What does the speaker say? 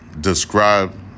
describe